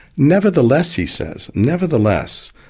nevertheless, he says, nevertheless,